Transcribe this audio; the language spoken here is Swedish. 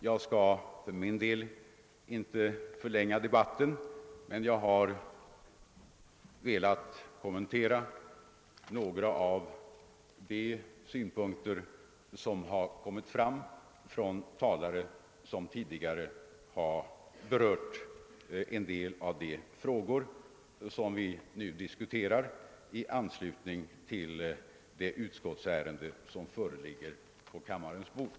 Jag skall för min del in te förlänga debatten, men jag har velat kommentera några av de synpunkter som anförts av talare som tidigare berört en del av de frågor som vi diskuterar i anslutning till det utskottsutlåtande som nu ligger på kammarens bord.